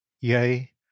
Yea